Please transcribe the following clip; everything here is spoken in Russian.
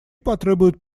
потребуют